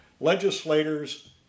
legislators